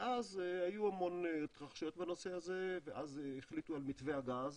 היו המון התרחשויות בנושא הזה ואז החליטו על מתווה הגז,